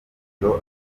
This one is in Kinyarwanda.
agomba